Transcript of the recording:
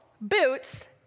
boots